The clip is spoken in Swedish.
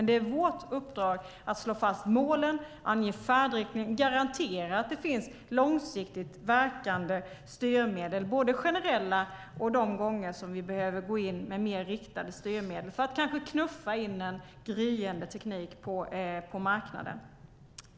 Det är vårt uppdrag att slå fast målen, ange färdriktningen och garantera att det finns långsiktigt verkande styrmedel, både generella och de gånger som vi behöver gå in med mer riktade styrmedel, för att kanske knuffa in en gryende teknik på marknaden.